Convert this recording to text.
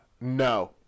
No